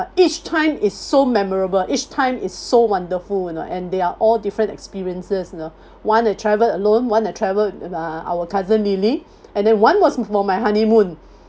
each time is so memorable each time is so wonderful you know and they are all different experiences you know one to travel alone one that travelled with uh our cousin lily and then one was for my honeymoon